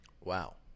Wow